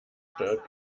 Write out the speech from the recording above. steuert